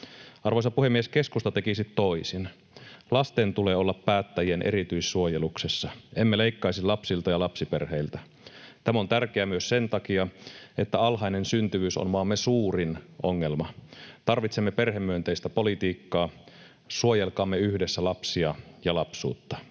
Arvoisa puhemies! Keskusta tekisi toisin. Lasten tulee olla päättäjien erityissuojeluksessa. Emme leikkaisi lapsilta ja lapsiperheiltä. Tämä on tärkeää myös sen takia, että alhainen syntyvyys on maamme suurin ongelma. Tarvitsemme perhemyönteistä politiikkaa. Suojelkaamme yhdessä lapsia ja lapsuutta.